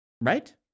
Right